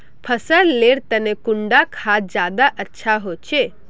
फसल लेर तने कुंडा खाद ज्यादा अच्छा होचे?